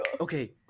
Okay